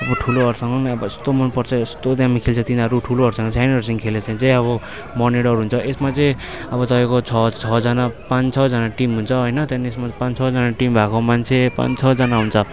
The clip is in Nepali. म ठुलोहरूसँग पनि यस्तो मन पर्छ यस्तो दामी खेल्छ तिनीहरू ठुलोहरूसँग सानोहरूसँग खेलेको छ भने चाहिँ अब मर्ने डर हुन्छ यसमा चाहिँ अब तपाईँको छ छजना पाँच छजना टिम हुन्छ होइन त्यहाँदेखिन् यसमा पाँच छजना टिम भएको मान्छे पाँच छजना हुन्छ